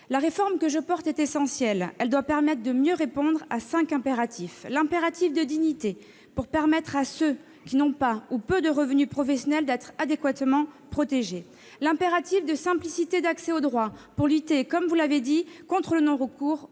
La réforme que je porte est essentielle. Elle doit permettre de mieux répondre à cinq impératifs : l'impératif de dignité pour permettre à ceux qui n'ont pas ou peu de revenus professionnels d'être protégés de manière adéquate ; l'impératif de simplicité d'accès au droit pour lutter, comme vous l'avez dit, contre le non-recours